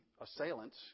assailants